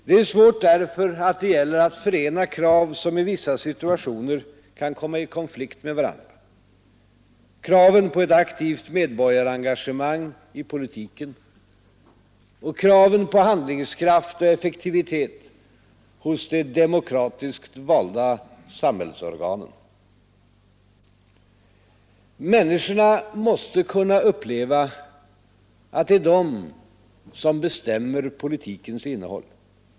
Det är svårt därför att det gäller att förena krav som i vissa situationer kan komma i konflikt med varandra: kraven på ett aktivt medborgarengagemang i politiken och kraven på handlingskraft och effektivitet hos de demokratiskt valda samhällsorganen. Människorna måste kunna uppleva att det är de som bestämmer politikens innehåll.